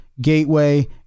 Gateway